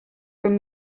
from